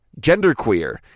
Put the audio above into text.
genderqueer